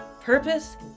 Purpose